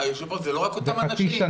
היושב-ראש, זה לא רק אותם אנשים.